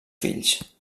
fills